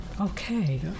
Okay